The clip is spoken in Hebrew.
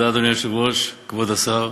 אדוני היושב-ראש, תודה, כבוד השר,